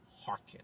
Hearken